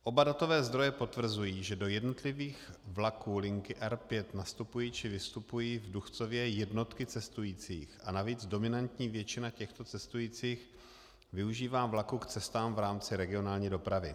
Oba datové zdroje potvrzují, že do jednotlivých vlaků linky R5 nastupují či vystupují v Duchcově jednotky cestujících a navíc dominantní většina těchto cestujících využívá vlaku k cestám v rámci regionální dopravy.